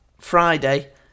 Friday